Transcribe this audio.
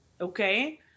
okay